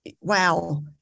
wow